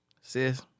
Sis